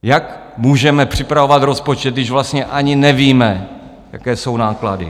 Jak můžeme připravovat rozpočet, když vlastně ani nevíme, jaké jsou náklady?